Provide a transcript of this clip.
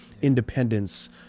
independence